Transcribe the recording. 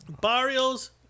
Barrios